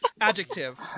adjective